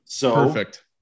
Perfect